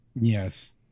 Yes